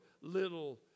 little